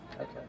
Okay